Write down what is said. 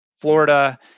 Florida